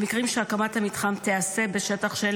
במקרים שהקמת המתחם תיעשה בשטח שאין